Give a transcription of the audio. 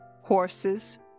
horses